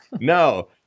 no